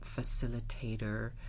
facilitator